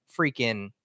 freaking